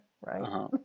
right